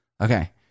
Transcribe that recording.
okay